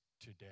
today